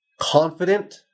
Confident